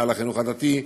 מינהל החינוך הדתי,